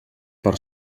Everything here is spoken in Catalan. per